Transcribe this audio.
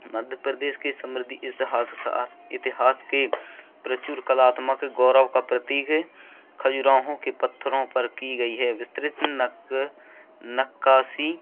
मध्य प्रदेश के समृद्धि इतिहास का इतिहास के प्रचुर कलात्मक गौरव का प्रतीक है खजुराहों के पत्थरों पर की गई है विस्तृत नक् नक्कासी